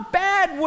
bad